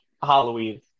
Halloween